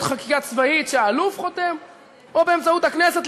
חקיקה צבאית שהאלוף חותם או באמצעות הכנסת.